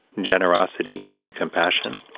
generosity, and compassion.